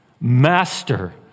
Master